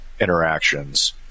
interactions